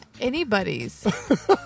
Anybody's